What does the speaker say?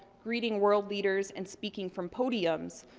greeting world leaders, and speaking from podiums,